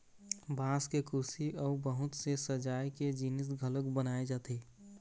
बांस के कुरसी अउ बहुत से सजाए के जिनिस घलोक बनाए जाथे